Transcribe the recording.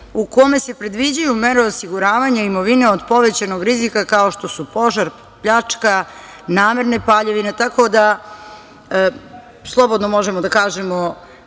u kome se predviđaju mere osiguravanja imovine od povećanog rizika kao što su požar, pljačka, namerne paljevine, tako da slobodno možemo da kažemo